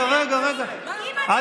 אם אני אוציא, מתאפקת.